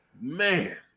Man